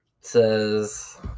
says